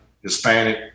hispanic